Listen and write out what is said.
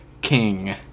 King